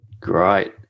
Great